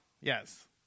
Yes